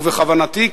בכוונתי,